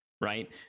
right